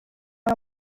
nta